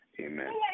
Amen